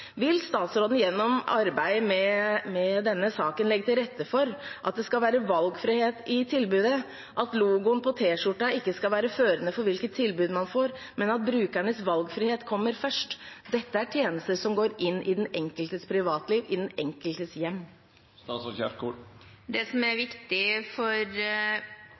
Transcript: Vil statsråden gjennom arbeidet med denne saken legge til rette for at det skal være valgfrihet i tilbudet, at logoen på T-skjorten ikke skal være førende for hvilke tilbud man får, men at brukernes valgfrihet kommer først? Dette er tjenester som går inn i den enkeltes privatliv, i den enkeltes hjem. Det som er viktig for